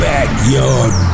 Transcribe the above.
Backyard